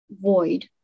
void